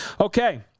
Okay